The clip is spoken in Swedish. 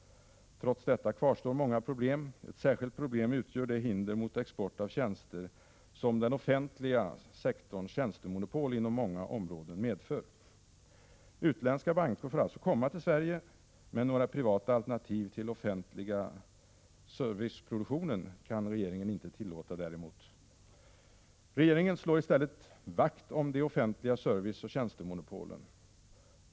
Trots detta kvarstår många problem. Ett särskilt problem utgör det hinder mot export av tjänster som den offentliga sektorns tjänstemonopol inom många områden medför. Utländska banker får alltså komma till Sverige, men några privata alternativ till offentlig serviceproduktion kan regeringen däremot inte tillåta. Regeringen slår i stället vakt om de offentliga serviceoch tjänstemonopolen.